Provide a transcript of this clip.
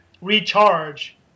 recharge